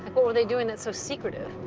what were they doing that's so secretive?